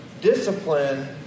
discipline